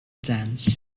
dance